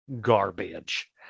garbage